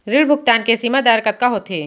ऋण भुगतान के सीमा दर कतका होथे?